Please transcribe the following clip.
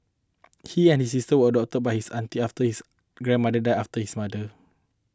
he and his sister were adopted by his aunt after his grandmother died after his mother